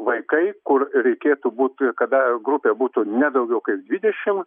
vaikai kur reikėtų būti kada grupė būtų ne daugiau kaip dvidešim